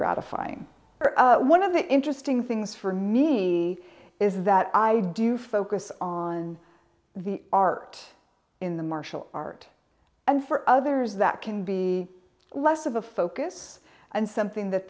gratifying one of the interesting things for me is that i do focus on the art in the martial art and for others that can be less of a focus and something that